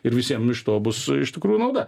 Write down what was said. ir visiem iš to bus iš tikrųjų nauda